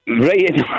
Right